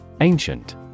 Ancient